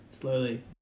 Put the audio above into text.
slowly